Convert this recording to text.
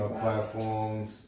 platforms